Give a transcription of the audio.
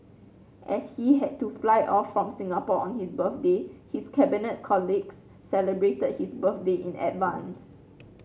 as he had to fly off from Singapore on his birthday his cabinet colleagues celebrated his birthday in advance